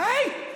די.